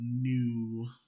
new